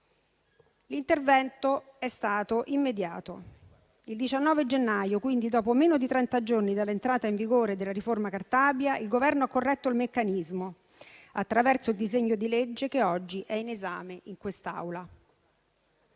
L'intervento è stato immediato. Il 19 gennaio, quindi dopo meno di trenta giorni dall'entrata in vigore della riforma Cartabia, il Governo ha corretto il meccanismo attraverso il disegno di legge che oggi è in esame in quest'Aula.